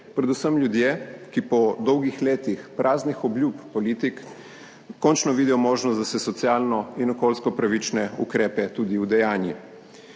predvsem ljudje, ki po dolgih letih praznih obljub politik, končno vidijo možnost, da se socialno in okoljsko pravične ukrepe tudi udejanji,